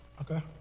Okay